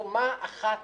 קומה אחת